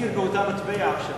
הוא מחזיר באותה מטבע עכשיו.